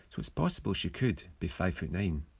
so it's possible she could be five foot nine.